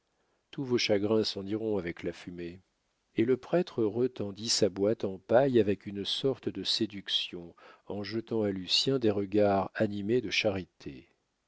tous vos chagrins s'en iront avec la fumée et le prêtre retendit sa boîte en paille avec une sorte de séduction en jetant à lucien des regards animés de charité